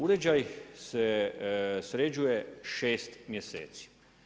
Uređaj se sređuje 6 mjeseci.